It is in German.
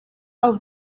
auf